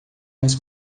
mais